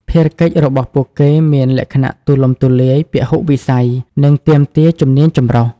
ភារកិច្ចរបស់ពួកគេមានលក្ខណៈទូលំទូលាយ ពហុវិស័យ និងទាមទារជំនាញចម្រុះ។